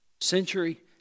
century